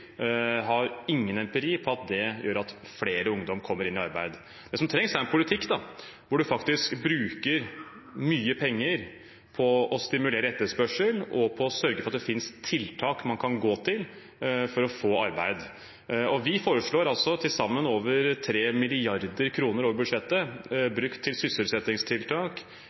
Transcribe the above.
gjør at flere ungdommer kommer inn i arbeid. Det som trengs, er en politikk der en faktisk bruker mye penger på å stimulere etterspørsel, og der en sørger for at det finnes tiltak man kan gå til for å få arbeid. Vi foreslår til sammen over 3 mrd. kr over budsjettet brukt til sysselsettingstiltak,